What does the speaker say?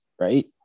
right